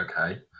okay